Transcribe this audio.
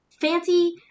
fancy